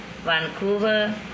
Vancouver